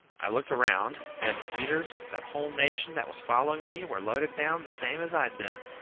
i looked around, and, peters, that whole nation that was following me were loaded down the same as i'd been.